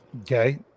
Okay